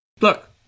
Look